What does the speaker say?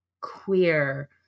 queer